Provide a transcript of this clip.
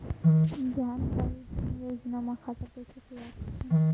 जानकारी धन योजना म खाता ल कइसे खोलवा सकथन?